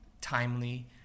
timely